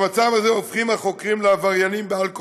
במצב הזה הופכים החוכרים לעבריינים בעל כורחם,